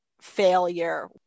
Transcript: failure